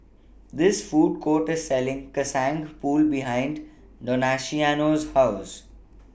This Food Court A Selling Kacang Pool behind Donaciano's House